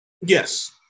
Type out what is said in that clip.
Yes